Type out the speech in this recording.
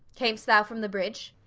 cam'st thou from the bridge?